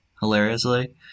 Hilariously